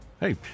hey